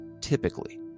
Typically